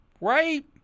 Right